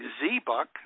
Z-Buck